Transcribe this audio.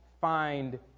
find